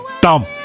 Dumb